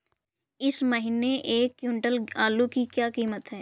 इस महीने एक क्विंटल आलू की क्या कीमत है?